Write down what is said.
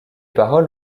paroles